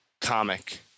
comic